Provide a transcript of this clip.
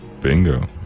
bingo